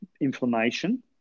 inflammation